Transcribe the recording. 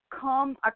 come